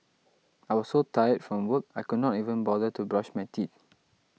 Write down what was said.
I was so tired from work I could not even bother to brush my teeth